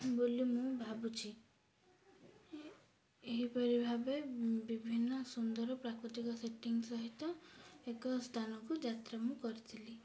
ବୋଲି ମୁଁ ଭାବୁଛି ଏହିପରି ଭାବେ ବିଭିନ୍ନ ସୁନ୍ଦର ପ୍ରାକୃତିକ ସେଟିଂ ସହିତ ଏକ ସ୍ଥାନକୁ ଯାତ୍ରା ମୁଁ କରିଥିଲି